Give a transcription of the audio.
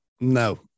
No